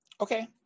Okay